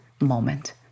moment